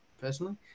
personally